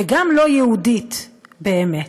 וגם לא יהודית באמת.